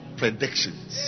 predictions